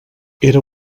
era